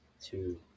two